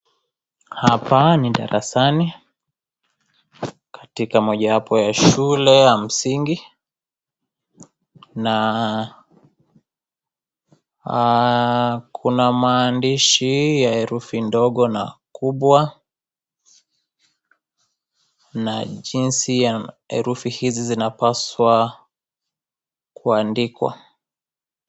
Hapa ni darasani katika mojawapo ya shule ya msingi na kuna maandishi ya herufi ndogo na kubwa na jinzi ya herufi hizi zinapaswa kuandikwa.